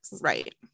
Right